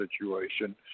situation